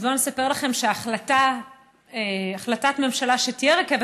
אז בואו נספר לכם שהחלטת ממשלה שתהיה רכבת